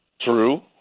True